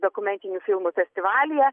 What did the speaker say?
dokumentinių filmų festivalyje